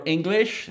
English